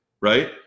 Right